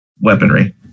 weaponry